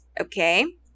okay